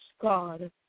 God